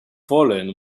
fallen